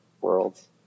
worlds